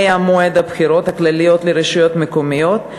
מועד הבחירות הכלליות לרשויות מקומיות.